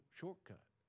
shortcut